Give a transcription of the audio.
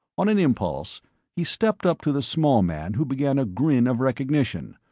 on an impulse he stepped up to the small man who began a grin of recognition,